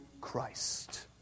Christ